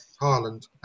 Harland